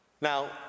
Now